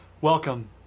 welcome